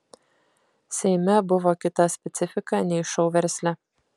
seime buvo kita specifika nei šou versle